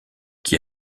qui